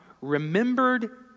remembered